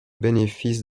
bénéfice